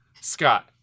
Scott